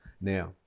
now